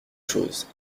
choses